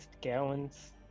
gallons